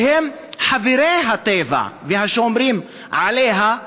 שהם חברי הטבע והשומרים עליו?